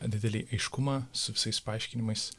didelį aiškumą su visais paaiškinimais